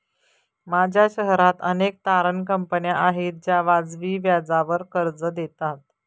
माझ्या शहरात अनेक तारण कंपन्या आहेत ज्या वाजवी व्याजावर कर्ज देतात